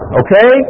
okay